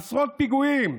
עשרות פיגועים,